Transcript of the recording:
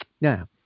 Now